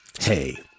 Hey